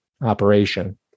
operation